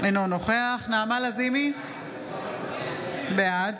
אינו נוכח נעמה לזימי, בעד